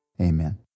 Amen